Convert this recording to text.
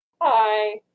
hi